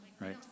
right